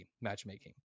matchmaking